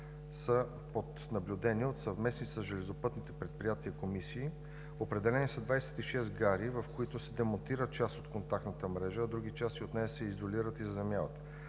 са под наблюдение от съвместни с железопътните предприятия комисии. Определени са 26 гари, в които се демонтира част от контактната мрежа, а други части от нея се изолират и заземяват.